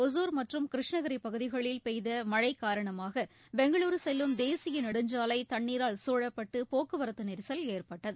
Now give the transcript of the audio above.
ஒசூர் மற்றும் கிருஷ்ணகிரி பகுதிகளில் பெய்த மழை காரணமாக பெங்களுரு செல்லும் தேசிய நெடுஞ்சாலை தண்ணீரால் சூழப்பட்டு போக்குவரத்து நெரிசல் ஏற்பட்டது